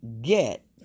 get